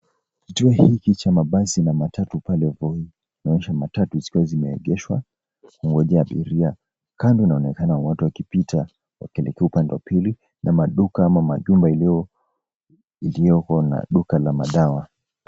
Kituo hiku cha mabasi na matatu pale Voi kinaonyesha matatu zikiwa zimeegeshwa kungojea abiria. Kando inaonekana watu wakipita wakielekea upande wa pili na maduka ama majumba ilioko na duka la madawa.